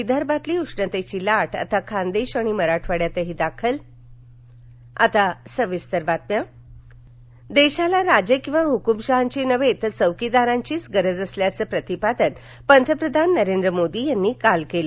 विदर्भातली उष्णतेची लाट आता खानदेश आणि मराठवाड्यातही दाखल मोदी देशाला राजे किवा हुक्मशहांची नव्हे तर चौकीदारांची गरज असल्याचं प्रतिपादन पंतप्रधान नरेंद्र मोदी यांनी काल केलं